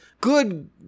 good